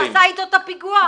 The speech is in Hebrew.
שעשה איתו את הפיגוע,